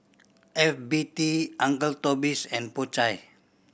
F B T Uncle Toby's and Po Chai